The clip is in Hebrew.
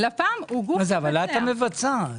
אבל את המבצעת.